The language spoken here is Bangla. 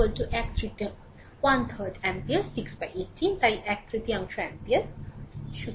সুতরাং i1 এক তৃতীয় অ্যাম্পিয়ার 618 তাই এক তৃতীয়াংশ অ্যাম্পিয়ার